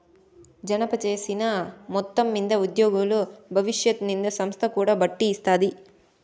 జమచేసిన మొత్తం మింద ఉద్యోగుల బవిష్యత్ నిది సంస్త కూడా ఒడ్డీ ఇస్తాది